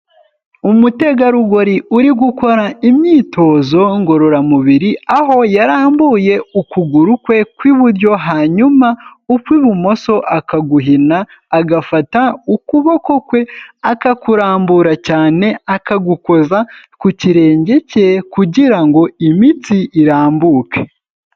Umutegarugori uri gukora imyitozo ngororamubiri, aho yarambuye ukuguru kwe kw'iburyo hanyuma ukw'ibumoso akaguhina agafata ukuboko kwe akakurambura cyane akagukoza ku kirenge cye kugira ngo imitsi irambuke.